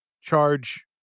charge